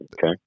Okay